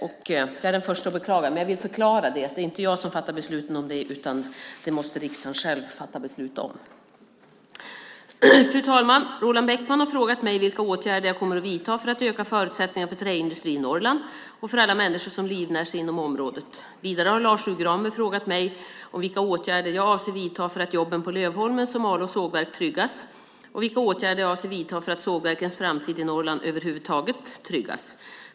Det är jag den första att beklaga, men jag vill förklara att det inte är jag som fattar besluten om det. Det måste riksdagen själv fatta beslut om. Fru talman! Roland Bäckman har frågat mig vilka åtgärder jag kommer att vidta för att öka förutsättningarna för träindustrin i Norrland och för alla människor som livnär sig inom området. Vidare har Lars U Granberg frågat mig om vilka åtgärder jag avser att vidta för att jobben på Lövholmens och Malå sågverk tryggas och vilka åtgärder jag avser att vidta för att sågverkens framtid i Norrland över huvud taget tryggas.